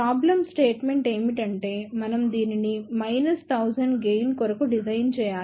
problem statement ఏమిటంటే మనం దీనిని మైనస్ 1000 గెయిన్ కొరకు డిజైన్ చేయాలి